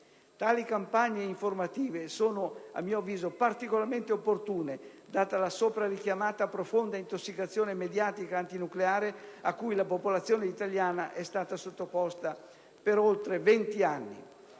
Tali campagne informative sono, a mio avviso, particolarmente opportune, data la sopra richiamata profonda intossicazione mediatica antinucleare a cui la popolazione italiana è stata sottoposta per oltre vent'anni.